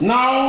Now